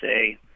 say